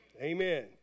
Amen